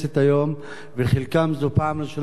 ולחלקן זו פעם ראשונה שהן נכנסות לכאן.